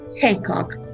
Hancock